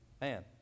Man